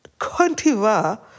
Contiva